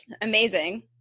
amazing